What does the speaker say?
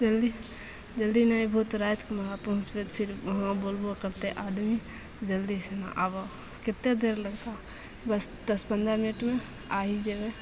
जल्दी जल्दी नहि अएबहो तऽ रातिमे वहाँ पहुँचबै तऽ फेर वहाँ बोलबो करतै आदमी जल्दीसिना आबऽ कतेक देर लगतऽ बस दस पनरह मिनटमे आ ही जेबै